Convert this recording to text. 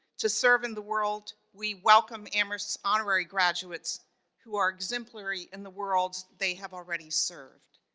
to serve in the world, we welcome amherst's honorary graduates who are exemplary in the worlds they have already served.